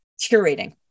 curating